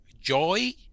joy